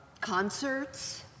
concerts